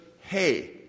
hey